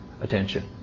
attention